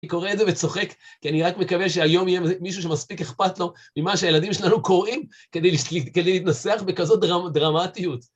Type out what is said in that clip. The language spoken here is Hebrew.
אני קורא את זה וצוחק, כי אני רק מקווה שהיום יהיה מישהו שמספיק אכפת לו ממה שהילדים שלנו קוראים, כדי להתנסח בכזאת דרמטיות.